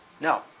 No